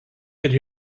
could